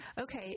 Okay